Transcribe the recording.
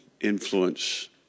influence